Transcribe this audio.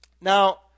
Now